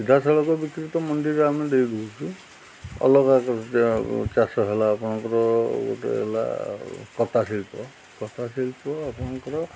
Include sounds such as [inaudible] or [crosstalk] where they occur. ସିଧାସଳଖ [unintelligible] ମନ୍ଦିର ଆମେ ଦେଇ ଦେଉଛୁ ଅଲଗା ଚାଷ ହେଲା ଆପଣଙ୍କର ଗୋଟେ ହେଲା କତା ଶିଳ୍ପ କତା ଶିଳ୍ପ ଆପଣଙ୍କର